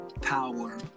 power